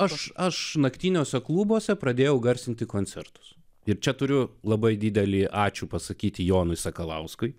aš aš naktiniuose klubuose pradėjau garsinti koncertus ir čia turiu labai didelį ačiū pasakyti jonui sakalauskui